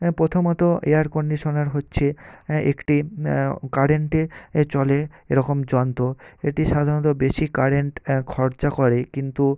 হ্যাঁ প্রথমত air conditioner হচ্ছে একটি কারেন্টে এ চলে এরকম যন্ত্র এটি সাধারণত বেশি কারেন্ট এ খরচা করে কিন্তু